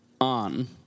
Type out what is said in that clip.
on